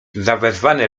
zawezwany